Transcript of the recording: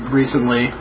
recently